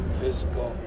physical